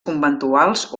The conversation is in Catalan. conventuals